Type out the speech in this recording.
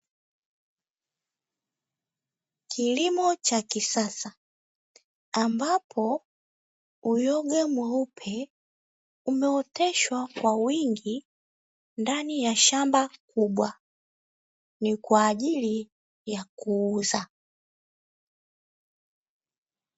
Kilimo cha kisasa ambapo uyoga mweupe umeoteshwa kwa wingi ndani ya shamba kubwa. Ni kwa ajili ya kuuza.